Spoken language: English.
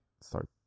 start